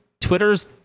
Twitter's